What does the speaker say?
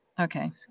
Okay